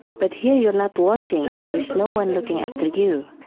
but here you are not washing and there is no one looking after you.